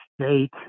state